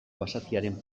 basatiaren